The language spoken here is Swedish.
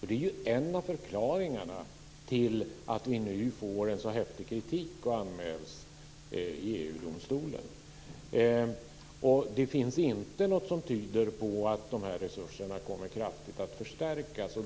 Det är en av förklaringarna till att vi nu får en så häftig kritik och att vi anmäls i EU-domstolen. Det finns inte något som tyder på att resurserna kraftigt kommer att förstärkas.